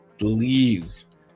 leaves